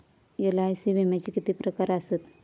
LIC विम्याचे किती प्रकार आसत?